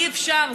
אי-אפשר,